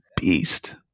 beast